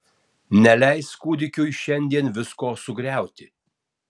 neleis kūdikiui šiandien visko sugriauti